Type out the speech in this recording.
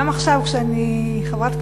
גם עכשיו כשאני חברת כנסת,